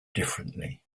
differently